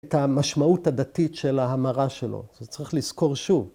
‫את המשמעות הדתית של ההמרה שלו. ‫זה צריך לזכור שוב.